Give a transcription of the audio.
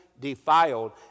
defiled